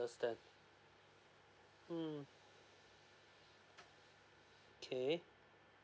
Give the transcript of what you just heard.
understand hmm okay